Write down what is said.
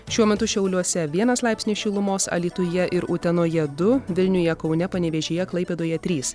šiuo metu šiauliuose vienas laipsnis šilumos alytuje ir utenoje du vilniuje kaune panevėžyje klaipėdoje trys